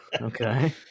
Okay